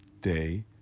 day